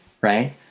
right